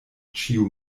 ĉiu